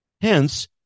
Hence